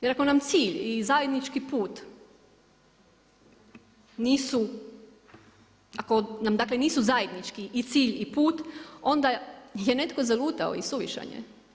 Jer ako nam cilj i zajednički put nisu, ako nam dakle nisu zajednički i cilj i put onda je netko zalutao i suvišan je.